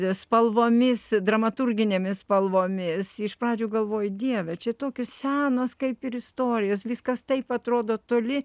spalvomis dramaturginėmis spalvomis iš pradžių galvoji dieve čia tokios senos kaip ir istorijos viskas taip atrodo toli